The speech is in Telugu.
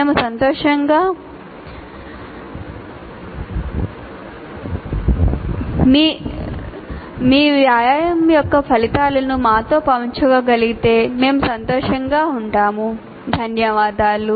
మేము సంతోషంగా ఉంటాము మరియు మీ వ్యాయామం యొక్క ఫలితాలను మాతో పంచుకోగలిగితే మీకు ధన్యవాదాలు